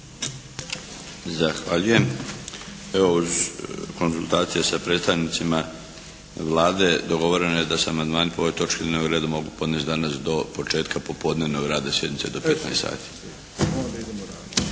Zahvaljujem. Evo uz konzultacije sa predstavnicima Vlade dogovoreno je da se amandmani po ovoj točki dnevnog reda mogu podnesti danas do početka popodnevnog rada sjednice, do 15 sati.